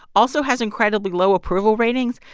also has incredibly low approval ratings.